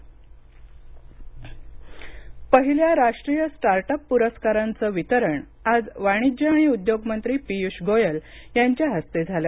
गोयब start up पहिल्या राष्ट्रीय start up पुरस्कारांचं वितरण आज वाणिज्य आणि उद्योग मंत्री पीयूष गोयल यांच्या हस्ते झालं